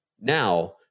now